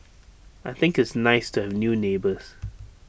I think it's nice to have new neighbours